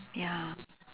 ya